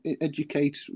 educate